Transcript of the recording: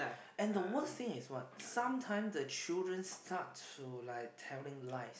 and the worst thing is what sometime the children start to like telling lies